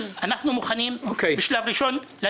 מר קמיניץ,